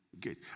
get